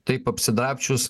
taip apsidrabsčius